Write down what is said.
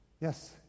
Yes